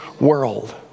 world